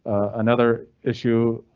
another issue